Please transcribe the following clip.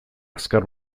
azkar